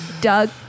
Doug